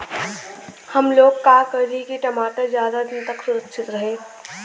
हमलोग का करी की टमाटर ज्यादा दिन तक सुरक्षित रही?